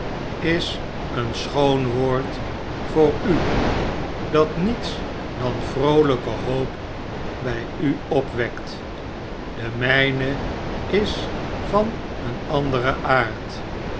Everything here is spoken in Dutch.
is een schoon woord voor u dat niets dan vroohjke hoop bij u opwekt de mijne is van een anderen aard